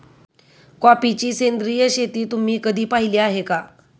कॉफीची सेंद्रिय शेती तुम्ही कधी पाहिली आहे का?